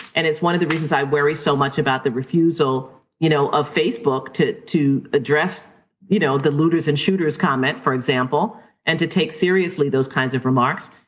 and it's one of the reasons i worry so much about the refusal you know of facebook to to address you know the looters and shooters comment, for example, and to take seriously those kinds of remarks.